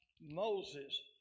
Moses